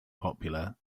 popular